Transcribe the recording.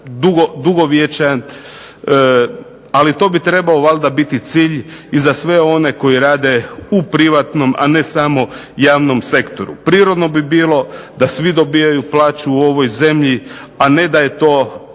ali to bi trebao valjda biti cilj i za sve one koji rade u privatnom, a ne samo javnom sektoru. Prirodno bi bilo da svi dobivaju plaću u ovoj zemlji, a ne da je to